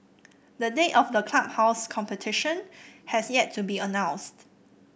the date of the clubhouse's completion has yet to be announced